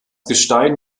gestein